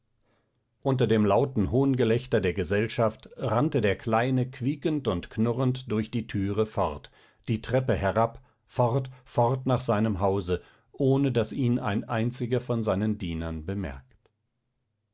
unter dem lauten hohngelächter der gesellschaft rannte der kleine quiekend und knurrend durch die türe fort die treppe herab fort fort nach seinem hause ohne daß ihn ein einziger von seinen dienern bemerkt